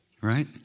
right